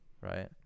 right